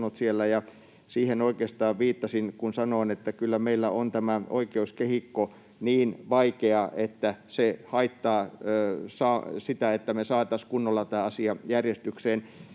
Siihen oikeastaan viittasin, kun sanoin, että kyllä meillä on tämä oikeuskehikko niin vaikea, että se haittaa sitä, että me saataisiin kunnolla tämä asia järjestykseen.